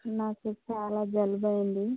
నాకు చాలా జలుబు అయింది